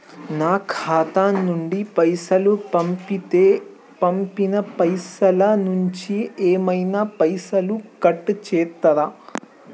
నా ఖాతా నుండి పైసలు పంపుతే పంపిన పైసల నుంచి ఏమైనా పైసలు కట్ చేత్తరా?